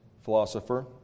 philosopher